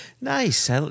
Nice